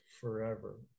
forever